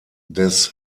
des